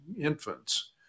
infants